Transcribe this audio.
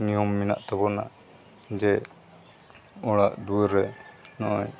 ᱱᱤᱭᱚᱢ ᱢᱮᱱᱟᱜ ᱛᱟᱵᱚᱱᱟ ᱡᱮ ᱚᱲᱟᱜ ᱫᱩᱣᱟᱹᱨ ᱨᱮ ᱱᱚᱜᱼᱚᱭ